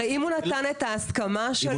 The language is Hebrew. הרי אם הוא נתן את ההסכמה שלו